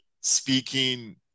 speaking